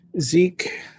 Zeke